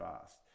fast